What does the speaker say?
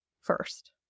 first